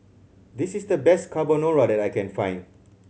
this is the best Carbonara that I can find